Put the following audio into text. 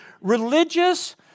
religious